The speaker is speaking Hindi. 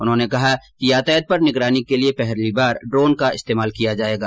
उन्होंने कहा कि यातायात पर निगरानी के लिए पहली बार ड्रोन का इस्तेमाल किया जाएगा